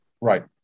Right